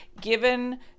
given